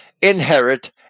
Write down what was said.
inherit